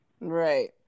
Right